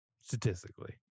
statistically